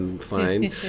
fine